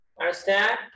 Understand